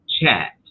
chat